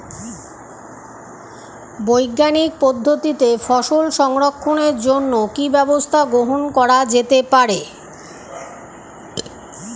বৈজ্ঞানিক পদ্ধতিতে ফসল সংরক্ষণের জন্য কি ব্যবস্থা গ্রহণ করা যেতে পারে?